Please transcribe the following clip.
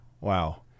wow